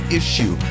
issue